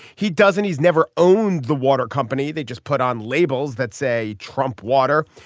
he doesn't he's never owned the water company. they just put on labels that say trump water.